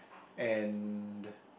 and